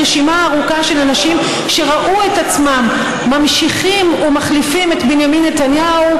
רשימה ארוכה של אנשים שראו את עצמם ממשיכים ומחליפים את בנימין נתניהו,